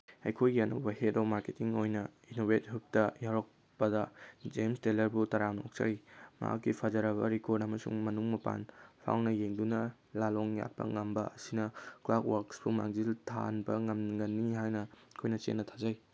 ꯑꯩꯈꯣꯏꯒꯤ ꯑꯅꯧꯕ head of marketing ꯑꯣꯏꯅ ꯏꯅꯣꯚꯦꯠ ꯍꯕꯇ ꯌꯥꯎꯔꯛꯄꯗ ꯖꯦꯝꯁ ꯇꯦꯂꯔꯕꯨ ꯇꯔꯥꯝꯅ ꯑꯣꯛꯆꯔꯤ ꯃꯍꯥꯛꯀꯤ ꯐꯖꯔꯕ ꯔꯤꯀꯣꯔꯠ ꯑꯃꯁꯨꯡ ꯃꯅꯨꯡ ꯃꯄꯥꯟ ꯐꯥꯎꯅ ꯌꯦꯡꯗꯨꯅ ꯂꯥꯜꯂꯣꯡ ꯌꯥꯠꯄ ꯉꯝꯕ ꯑꯁꯤꯅ ꯀ꯭ꯂꯥꯎꯠ ꯋꯥꯛꯁꯄꯨ ꯃꯥꯡꯖꯤꯜ ꯊꯥꯍꯟꯕ ꯉꯝꯒꯅꯤ ꯍꯥꯏꯅ ꯑꯩꯈꯣꯏꯅ ꯆꯦꯠꯅ ꯊꯥꯖꯩ